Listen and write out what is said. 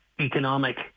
economic